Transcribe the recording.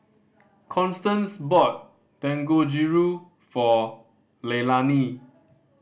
Constance bought Dangojiru for Leilani